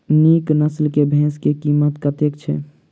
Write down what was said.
नीक नस्ल केँ भैंस केँ कीमत कतेक छै?